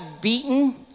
beaten